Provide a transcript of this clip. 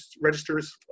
registers